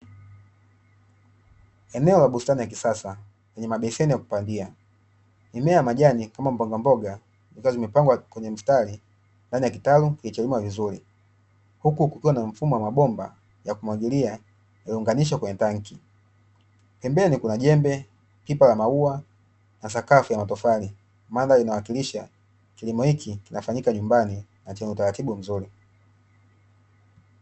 Eneo la bustani ya kisasa, lenye mabeseni ya kupandia, mimea majani kama mbogamboga zikiwa zimepangwa kwenye mstari ndani ya kitalu kilicholimwa vizuri, huku kukiwa na mfumo wa mabomba ya kumwagilia yaliyounganishwa kwenye tanki, pembeni kuna jembe, pipa la maua, na sakafu ya matofali. Mandhari inayowakilisha kilimo hiki kinalimwa nyumbani na chenye utaratibu mzuri.